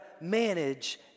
manage